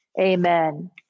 Amen